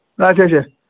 اچھا اچھا